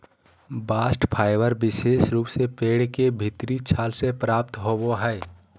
bast fibre विशेष रूप से पेड़ के भीतरी छाल से प्राप्त होवो हय